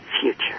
future